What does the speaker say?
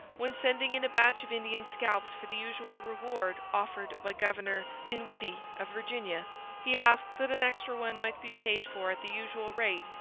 when sending in a batch of indian scalps for the usual reward offered by governor dinwiddie of virginia he asked that an extra one might be paid for at the usual rate,